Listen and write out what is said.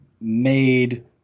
made